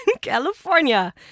California